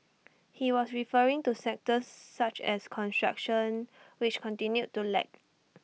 he was referring to sectors such as construction which continued to lag